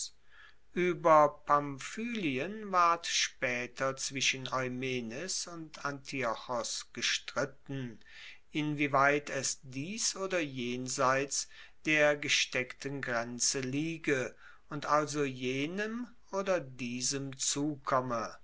ueber pamphylien ward spaeter zwischen eumenes und antiochos gestritten inwieweit es dies oder jenseits der gesteckten grenze liege und also jenem oder diesem zukomme